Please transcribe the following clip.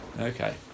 Okay